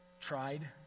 tried